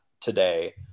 today